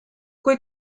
kui